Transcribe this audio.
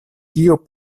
kio